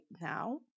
now